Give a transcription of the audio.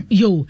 yo